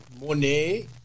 Monet